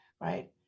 right